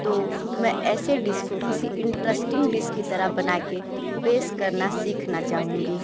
तो मैं ऐसे डिश को किसी इंट्रेस्टिंग डिश की तरह बनाके पेश करना सीखना चाहूँगी